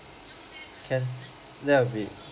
can that will be